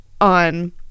on